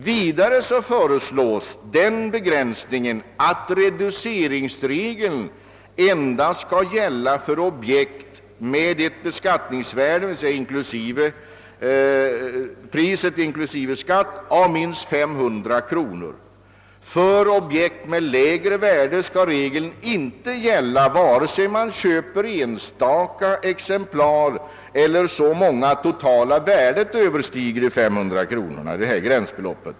Vidare föreslås den begränsningen, att reduceringsregeln endast skall gälla för objekt med ett beskattningsvärde, d. v. s. pris inklusive skatt, av minst 500 kronor. För objekt med lägre värde skall regeln inte gälla, vare sig man köper enstaka exemplar eller så många att det totala värdet överstiger gränsbeloppet 500 kronor.